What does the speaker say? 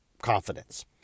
confidence